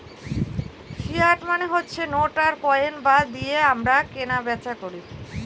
fiat মানে হচ্ছে note আর কয়েন যা দিয়ে আমরা কেনা বেচা করি